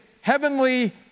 heavenly